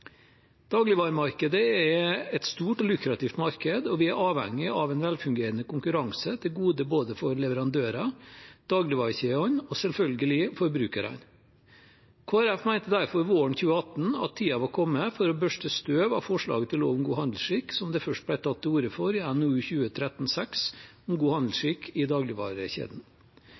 Dagligvaremarkedet er et stort og lukrativt marked, og vi er avhengig av en velfungerende konkurranse til gode både for leverandører, dagligvarekjedene og selvfølgelig forbrukerne. Kristelig Folkeparti mente derfor våren 2018 at tiden var kommet for å børste støv av forslaget til lov om god handelsskikk som det først ble tatt til orde for i NOU 2013: 6, om god handelsskikk i dagligvarekjeden.